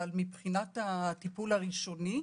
אבל מבחינת הטיפול הראשוני,